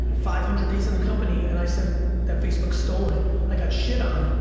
five hundred days in the company, and i said that facebook stole it, i got shit on,